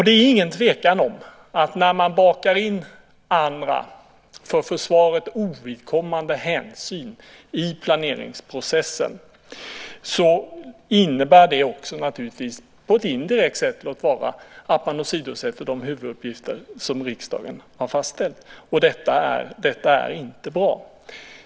Det är ingen tvekan om att när man bakar in andra för försvaret ovidkommande hänsyn i planeringsprocessen innebär det också, låt vara på ett indirekt sätt, att man åsidosätter de huvuduppgifter som riksdagen har fastställt. Detta är inte bra.